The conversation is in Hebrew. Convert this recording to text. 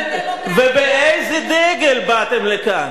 ובאיזה דגל באתם לכאן?